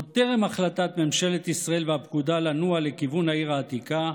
עוד טרם החלטת ממשלת ישראל והפקודה לנוע לכיוון העיר העתיקה,